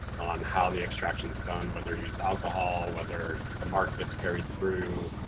on how the extraction is done, whether you use alcohol, whether the mark gets carried through.